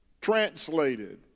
translated